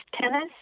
tennis